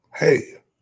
Hey